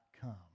come